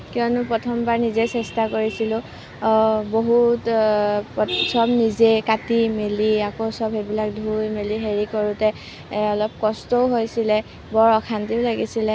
কিয়নো প্ৰথমবাৰ নিজে চেষ্টা কৰিছিলোঁ বহুত চব নিজে কাটি মেলি আকৌ চব সেইবিলাক ধুই মেলি হেৰি কৰোঁতে অলপ কষ্টও হৈছিলে বৰ অশান্তিও লাগিছিলে